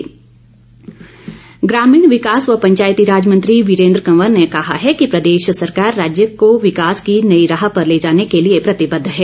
वीरेन्द्र कंवर ग्रामीण विकास व पंचायती राज मंत्री वीरेन्द्र कंवर ने कहा है कि प्रदेश सरकार राज्य को विकास की नई राह पर ले जाने के लिए प्रतिबद्ध है